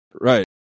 Right